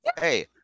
hey